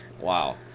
wow